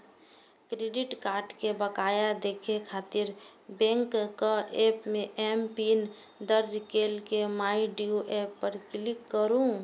credit card के बकाया देखै खातिर बैंकक एप मे एमपिन दर्ज कैर के माइ ड्यू टैब पर क्लिक करू